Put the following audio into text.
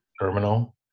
terminal